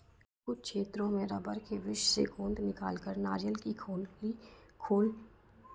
कुछ क्षेत्रों में रबड़ के वृक्ष से गोंद निकालकर नारियल की खाली खोल में रखा जाता है